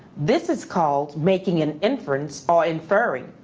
this is called making an inference or inferring.